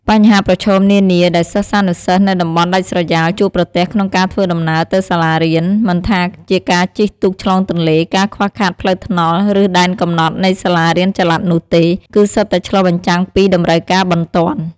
បញ្ហាប្រឈមនានាដែលសិស្សានុសិស្សនៅតំបន់ដាច់ស្រយាលជួបប្រទះក្នុងការធ្វើដំណើរទៅសាលារៀន មិនថាជាការជិះទូកឆ្លងទន្លេ ការខ្វះខាតផ្លូវថ្នល់ ឬដែនកំណត់នៃសាលារៀនចល័តនោះទេ គឺសុទ្ធតែឆ្លុះបញ្ចាំងពីតម្រូវការបន្ទាន់។